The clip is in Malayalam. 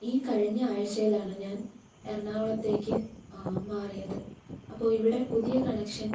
ഈ കഴിഞ്ഞ ആഴ്ചയിലാണ് ഞാൻ എറണാകുളത്തേക്ക് മാറിയത് അപ്പോൾ ഇവിടെ പുതിയ കണക്ഷൻ